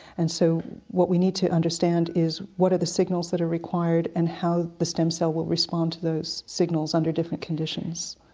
and so what we need to understand is what are the signals that are required and how the stem cell will respond to those signals under different conditions.